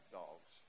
dogs